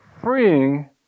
freeing